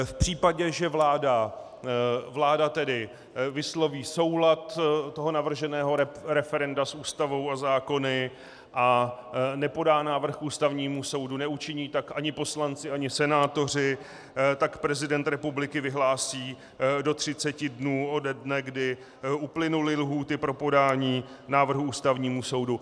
V případě, že vláda tedy vysloví soulad navrženého referenda s Ústavou a zákony a nepodá návrh k Ústavnímu soudu, neučiní tak ani poslanci ani senátoři, tak prezident republiky vyhlásí do 30 dnů ode dne, kdy uplynuly lhůty pro podání návrhů Ústavnímu soudu.